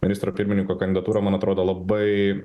ministro pirmininko kandidatūrą man atrodo labai